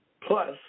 Plus